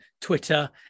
Twitter